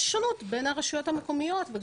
יש שונות בין הרשויות המקומיות.